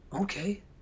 Okay